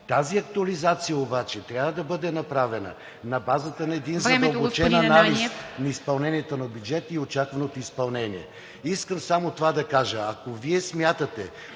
Тази актуализация обаче трябва да бъде направена на базата на един задълбочен анализ на изпълнението на бюджета и очакваното изпълнение. Искам само това да кажа: ако Вие смятате,